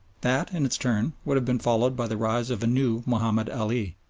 that in its turn would have been followed by the rise of a new mahomed ali.